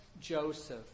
Joseph